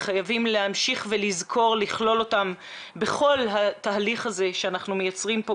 וחייבים להמשיך ולזכור לכלול אותם בכל התהליך הזה שאנחנו מייצרים כאן,